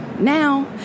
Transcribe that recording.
now